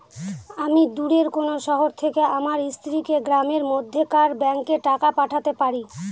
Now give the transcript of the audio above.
আমি দূরের কোনো শহর থেকে আমার স্ত্রীকে গ্রামের মধ্যেকার ব্যাংকে টাকা পাঠাতে পারি?